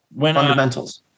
Fundamentals